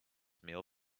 meal